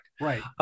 right